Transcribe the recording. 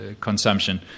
consumption